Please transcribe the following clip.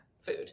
Food